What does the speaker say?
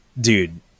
dude